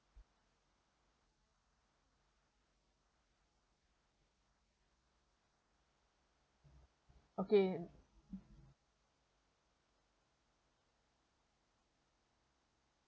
okay